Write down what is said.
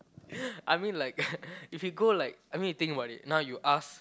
I mean like if you go like I mean you think about it now you ask